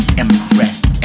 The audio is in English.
impressed